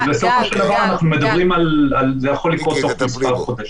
אבל בסופו של דבר אנחנו מדברים על זה שזה יכול לקרות תוך כמה חודשים.